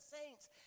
saints